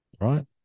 Right